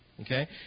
Okay